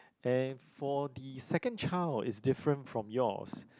and for the second child it's different from yours